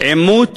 עימות